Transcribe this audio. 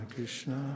Krishna